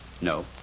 No